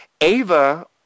Ava